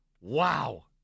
wow